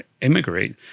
immigrate